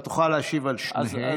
אתה תוכל להשיב על שתיהן.